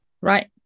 Right